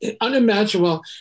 unimaginable